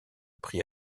prix